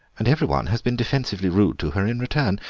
and every one has been defensively rude to her in return.